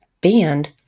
band